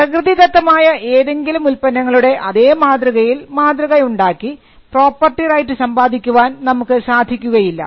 പ്രകൃതിദത്തമായ ഏതെങ്കിലും ഉൽപ്പന്നങ്ങളുടെ അതേ മാതൃകയിൽ മാതൃക ഉണ്ടാക്കി പ്രോപ്പർട്ടി റൈറ്റ് സമ്പാദിക്കുവാൻ നമുക്ക് സാധിക്കുകയില്ല